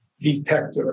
detector